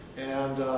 and